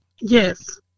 yes